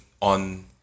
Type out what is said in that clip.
On